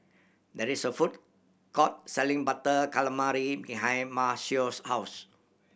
there is a food court selling Butter Calamari behind Maceo's house